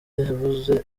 yavuze